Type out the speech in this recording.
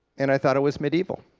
and i thought it was medieval.